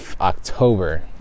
October